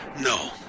No